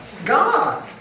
God